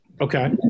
Okay